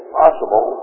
possible